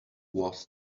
was